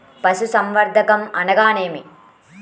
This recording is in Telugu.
పశుసంవర్ధకం అనగానేమి?